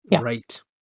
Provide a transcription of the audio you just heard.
Right